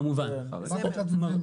כמובן, גם צפון השומרון.